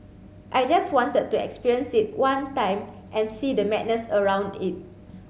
I just wanted to experience it one time and see the madness around it